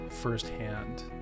firsthand